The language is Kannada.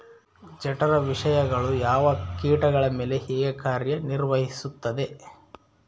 ಜಠರ ವಿಷಯಗಳು ಯಾವ ಕೇಟಗಳ ಮೇಲೆ ಹೇಗೆ ಕಾರ್ಯ ನಿರ್ವಹಿಸುತ್ತದೆ?